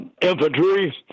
Infantry